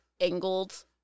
angled